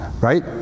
Right